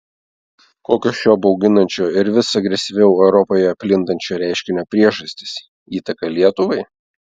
kokios šio bauginančio ir vis agresyviau europoje plintančio reiškinio priežastys įtaka lietuvai